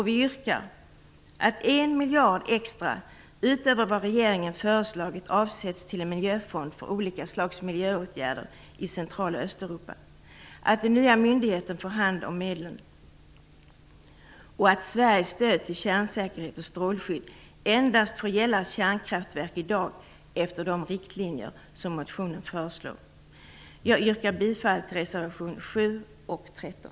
Vi yrkar att 1 miljard extra, utöver vad regeringen föreslagit, avsätts till en miljöfond för olika slags miljöåtgärder i Central och Östeuropa, att den nya myndigheten får hand om medlen och att Sveriges stöd till kärnsäkerhet och strålskydd endast får gälla kärnkraftverk som finns i dag efter de riktlinjer som motionen föreslår. Jag yrkar bifall till reservationerna 7 och 13.